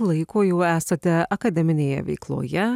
laiko jau esate akademinėje veikloje